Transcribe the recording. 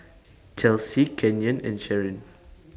Chelsy Kenyon and Sharon